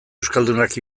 euskaldunak